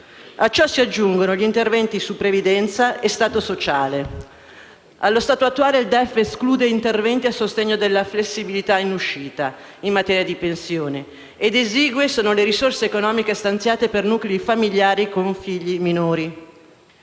A ciò si aggiungano gli interventi su previdenza e Stato sociale. Allo stato attuale, il DEF esclude interventi a sostegno della flessibilità in uscita, in materia di pensioni, ed esigue sono le risorse economiche stanziate per nuclei familiari con figli minori.